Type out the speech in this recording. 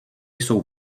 jsou